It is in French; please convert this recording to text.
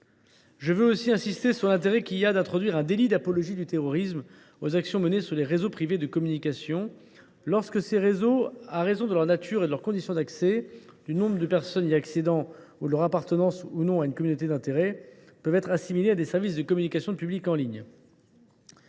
Je veux aussi insister sur l’intérêt qu’il y a, selon moi, à créer un délit d’apologie du terrorisme sur les réseaux privés de communication, lorsque ces réseaux, en raison de leur nature, de leurs conditions d’accès, du nombre de personnes y accédant ou de leur appartenance, ou non, à une communauté d’intérêts, peuvent être assimilés à des services de communication publique en ligne.